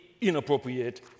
inappropriate